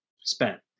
spent